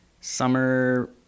summer